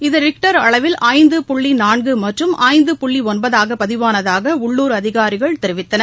இது ரிக்டர் அளவில் ஐந்து புள்ளி நான்கு மற்றும் ஐந்து புள்ளி ஒன்பதாக பதிவானதாக உள்ளுர் அதிகாரிகள் தெரிவித்தனர்